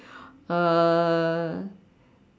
uh